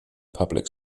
public